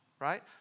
right